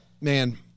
Man